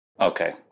Okay